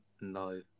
No